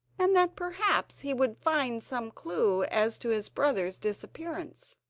and that perhaps he would find some clue as to his brother's disappearance.